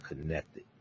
connected